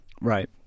Right